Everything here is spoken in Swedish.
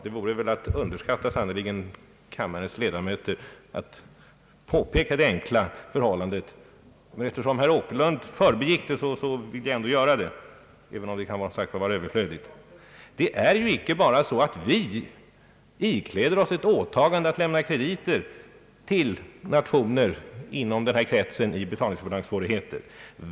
Det vore väl att underskatta kammarens ledamöter att behöva påpeka det enkla förhållandet — jag vill ändå göra det eftersom herr Åkerlund förbigick det — att det icke bara är så att vi ikläder oss ett åtagande att lämna krediter till nationer inom den här kretsen med betalningsbalanssvårigheter.